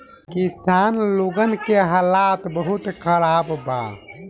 किसान लोगन के हालात बहुत खराब बा